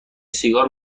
سیگار